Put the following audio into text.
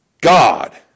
God